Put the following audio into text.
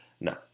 no